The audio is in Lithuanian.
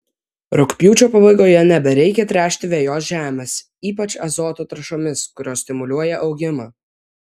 rugpjūčio pabaigoje nebereikia tręšti vejos žemės ypač azoto trąšomis kurios stimuliuoja augimą